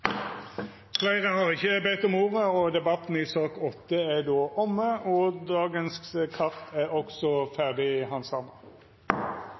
Fleire har ikkje bedt om ordet til debatten i sak nr. 8. Dermed er